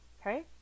Okay